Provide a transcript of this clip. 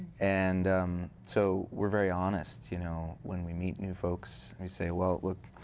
and so we're very honest you know when we meet new folks. we say, well, look,